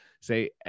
say